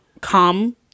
come